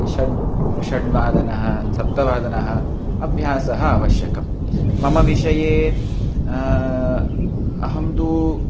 षड् षड्वादनं सप्तवादनम् अभ्यासः आवश्यकः मम विषये अहं तु